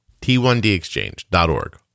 T1DEXCHANGE.ORG